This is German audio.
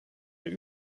eine